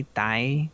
die